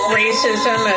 racism